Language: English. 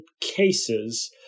cases